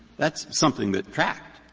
that's something that tracked.